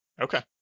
okay